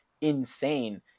insane